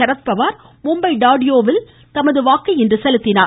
சரத்பவார் மும்பை டார்டியோவில் தனது வாக்கை செலுத்தினார்